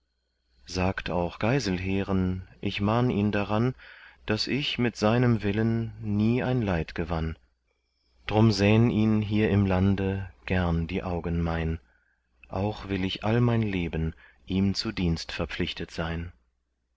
sagt auch geiselheren ich mahn ihn daran daß ich mit seinem willen nie ein leid gewann drum sähn ihn hier im lande gern die augen mein auch will ich all mein leben ihm zu dienst verpflichtet sein